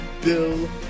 Bill